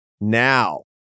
now